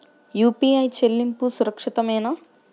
UPI చెల్లింపు సురక్షితమేనా?